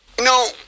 No